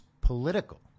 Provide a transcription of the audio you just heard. political